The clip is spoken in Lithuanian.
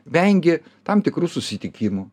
vengi tam tikrų susitikimų